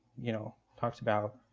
you know talks about